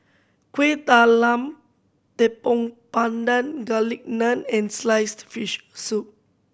Kuih Talam Tepong Pandan Garlic Naan and sliced fish soup